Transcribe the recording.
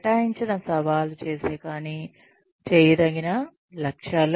కేటాయించిన సవాలు చేసే కాని చేయదగిన లక్ష్యాలు